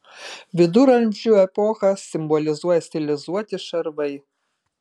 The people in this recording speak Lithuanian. viduramžių epochą simbolizuoja stilizuoti šarvai